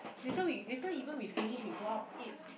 later we later even we finish we go out eat